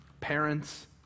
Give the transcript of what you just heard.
Parents